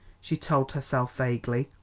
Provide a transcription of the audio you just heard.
she told herself vaguely.